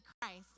Christ